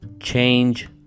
change